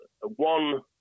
one